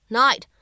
night